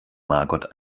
margot